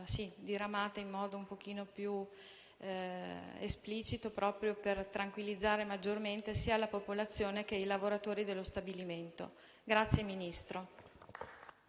diramate in modo un po' più esplicito, proprio per tranquillizzare maggiormente sia la popolazione che i lavoratori dello stabilimento. *(Applausi